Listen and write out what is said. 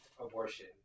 abortion